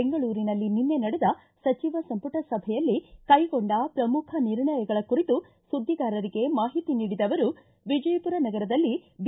ಬೆಂಗಳೂರಿನಲ್ಲಿ ನಿನ್ನೆ ನಡೆದ ಸಚಿವ ಸಂಪುಟ ಸಭೆಯಲ್ಲಿ ಕೈಗೊಂಡ ಪ್ರಮುಖ ನಿರ್ಣಯಗಳ ಕುರಿತು ಸುದ್ದಿಗಾರರಿಗೆ ಮಾಹಿತಿ ನೀಡಿದ ಅವರು ವಿಜಯಪುರ ನಗರದಲ್ಲಿ ಬಿ